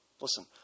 Listen